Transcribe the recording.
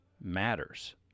matters